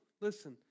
listen